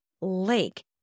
lake